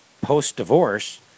post-divorce